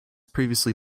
previously